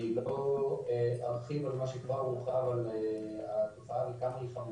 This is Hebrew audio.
אני לא ארחיב על מה שכבר הורחב על כמה התופעה היא חמורה.